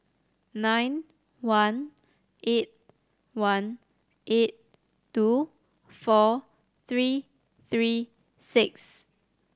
nine one eight one eight two four three three six